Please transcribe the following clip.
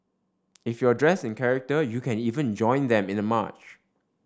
if you're dressed in character you can even join them in the march